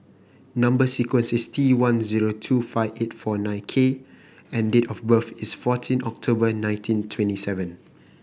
number sequence is T one zero two five eight four nine K and date of birth is fourteen October nineteen twenty seven